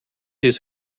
his